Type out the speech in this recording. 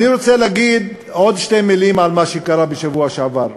אני רוצה להגיד עוד שתי מילים בנוגע למה שקרה בשבוע שעבר.